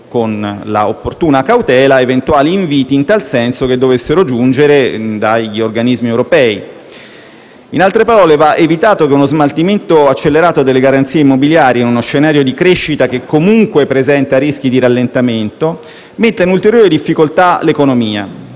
con la opportuna cautela eventuali inviti in tal senso che dovessero giungere da organismi europei. In altre parole, va evitato che uno smaltimento accelerato delle garanzie immobiliari, in uno scenario di crescita che comunque presenta rischi di rallentamento, metta in ulteriore difficoltà l'economia,